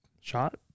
shot